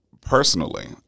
personally